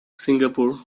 singapore